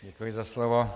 Děkuji za slovo.